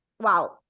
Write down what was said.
Wow